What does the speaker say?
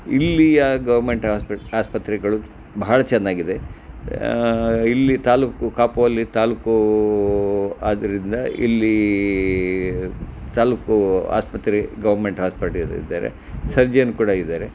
ಇಲ್ಲಿಯ government hospital ಆಸ್ಪತ್ರೆಗಳು ಬಹಳ ಚೆನ್ನಾಗಿದೆ ಇಲ್ಲಿ ತಾಲ್ಲೂಕು ಕಾಪು ಅಲ್ಲಿ ತಾಲ್ಲೂಕು ಆ್ದರಿಂದದ ಇಲ್ಲಿ ತಾಲ್ಲೂಕು ಆಸ್ಪತ್ರೆ ಗವರ್ಮೆಂಟ್ ಹಾಸ್ಪೆಟ್ಲಗೆ ಇದ್ದಾರೆ ಸರ್ಜನ್ ಕೂಡ ಇದ್ದಾರೆ